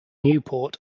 newport